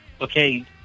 Okay